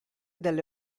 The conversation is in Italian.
dalle